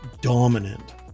dominant